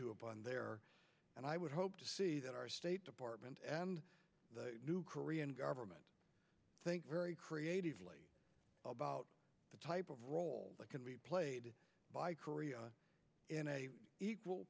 upon there and i would hope to see that our state department and the new korean government think very creatively about the type of role that can be played by korea in